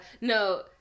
No